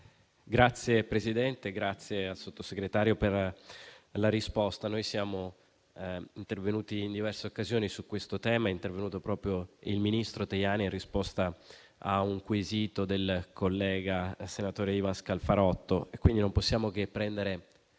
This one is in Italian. Signor Presidente, ringrazio il Sottosegretario per la risposta. Noi siamo intervenuti in diverse occasioni su questo tema, ed è intervenuto proprio il ministro Tajani in risposta a un quesito del collega Scalfarotto, quindi non possiamo che prendere